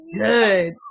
good